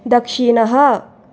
दक्षिणः